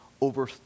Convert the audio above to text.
over